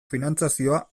finantzazioa